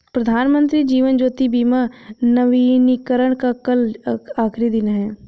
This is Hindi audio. प्रधानमंत्री जीवन ज्योति बीमा नवीनीकरण का कल आखिरी दिन है